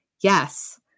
Yes